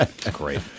great